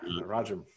Roger